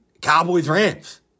Cowboys-Rams